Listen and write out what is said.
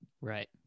right